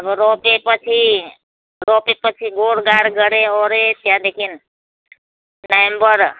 अब रोपेपछि रोपेपछि गोडगाड गरिवरी त्यहाँदेखि नोभेम्बर